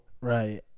right